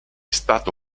stato